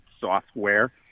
software